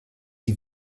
die